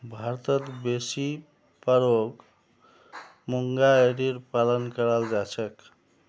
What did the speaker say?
भारतत बेसी पर ओक मूंगा एरीर पालन कराल जा छेक